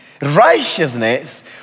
righteousness